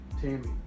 Tammy